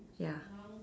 ya